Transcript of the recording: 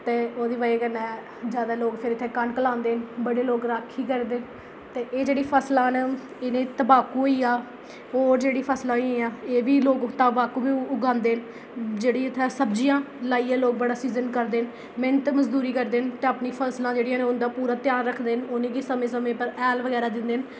ते ओह्दी बजह् कन्नै जादै लोक फिर इत्थें कनक लांदे बड़े लोक राक्खी करदे ते एह् जेह्ड़ियां फसलां न इ'नें गी तंबाकु होई गेआ होर जेह्ड़ियां फसलां होइयां न एह् बी लोक तंबाकु उगांदे न जेह्ड़ी उत्थें सब्जियां लाइयै लोक बड़ा सीज़न कढदे मैह्नत मजदूरी करदे न ते अपनियां जेह्ड़ियां फसलां न उं'दा पूरा ध्यान बगैरा रखदे न उं'दा समें समें पर हैल दिंदे न